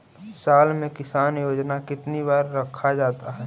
साल में किसान योजना कितनी बार रखा जाता है?